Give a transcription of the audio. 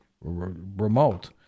remote